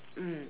mm